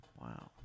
Wow